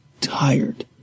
tired